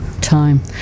time